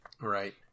Right